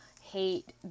hate